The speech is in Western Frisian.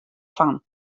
fan